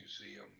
museum